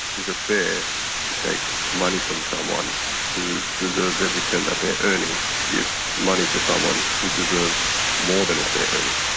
is it fair to take money from someone who deserves every every cent that they're earning, to give money to someone who deserves more than what they're earning?